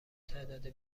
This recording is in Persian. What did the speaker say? تعداد